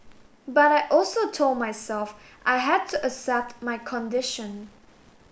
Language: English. but I also told myself I had to accept my condition